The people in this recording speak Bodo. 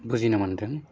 बुजिनो मोनदों